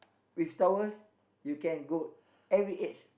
with towels you can go every edge